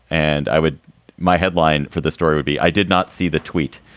and i would my headline for the story would be i did not see the tweet.